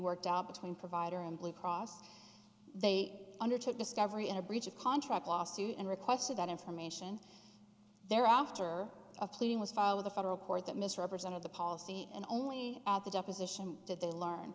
worked out between provider and blue cross they undertook discovery in a breach of contract lawsuit and requested that information there after a pleading was filed with a federal court that misrepresent of the policy and only at the deposition did they learn